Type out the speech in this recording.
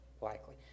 likely